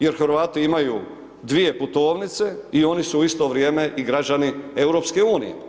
Jer Hrvati imaju dvije putovnice i oni su u isto vrijeme i građani EU.